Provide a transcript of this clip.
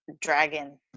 dragon